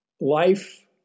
Life